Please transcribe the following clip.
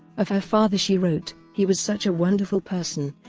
of her father she wrote, he was such a wonderful person,